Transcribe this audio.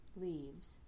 leaves